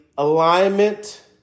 alignment